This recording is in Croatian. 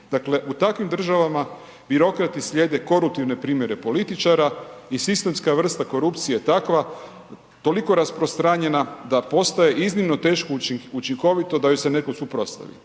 Dakle, u takvim državama, birokrati slijede koruptivne primjere političara i sistemska vrsta korupcije je takva, toliko rasprostranjena, da postaje iznimno teško učinkovito da im se netko suprotstavi.